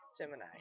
Gemini